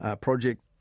project